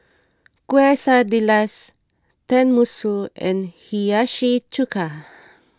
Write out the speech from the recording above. Quesadillas Tenmusu and Hiyashi Chuka